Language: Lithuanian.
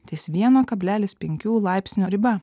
ties vieno kablelis penkių laipsnio riba